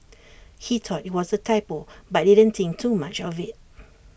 he thought IT was A typo but didn't think too much of IT